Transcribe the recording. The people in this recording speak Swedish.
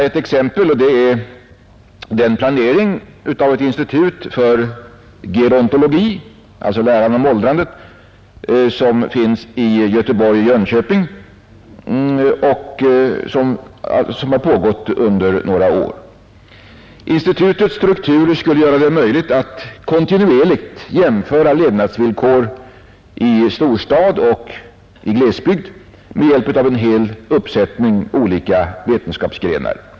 Ett exempel är den planering av ett institut för gerontologi — alltså läran om åldrandet — i Göteborg-Jönköping som har pågått under några år. Institutets struktur skulle göra det möjligt att kontinuerligt jämföra levnadsvillkor i storstad och i glesbygd med hjälp av en hel uppsättning olika vetenskapsgrenar.